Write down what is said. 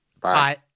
Bye